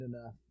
enough